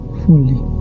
fully